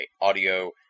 Audio